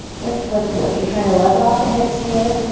lift, lift, lift. you're trying to level off the hips here.